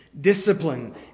Discipline